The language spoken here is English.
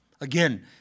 Again